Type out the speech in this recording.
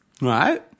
Right